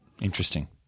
interesting